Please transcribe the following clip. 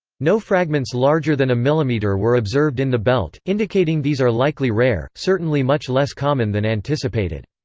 no fragments larger than a millimeter were observed in the belt, indicating these are likely rare certainly much less common than anticipated.